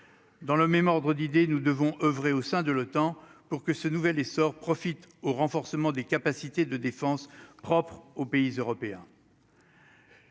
dans le même ordre d'idées, nous devons oeuvrer au sein de l'OTAN pour que ce nouvel essor profite au renforcement des capacités de défense propre aux pays européens.